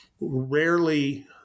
rarely